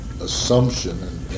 assumption